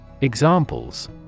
Examples